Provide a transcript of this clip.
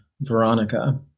Veronica